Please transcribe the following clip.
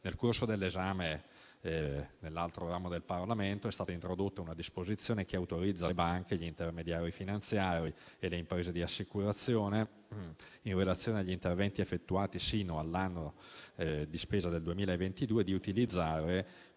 Nel corso dell'esame dell'altro ramo del Parlamento è stata introdotta una disposizione che autorizza le banche, gli intermediari finanziari e le imprese di assicurazione, in relazione agli interventi effettuati sino all'anno di spesa 2022, ad utilizzare